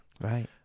Right